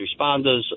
Responders